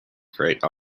create